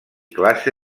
classe